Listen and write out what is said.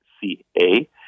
C-A